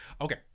Okay